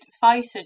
fighter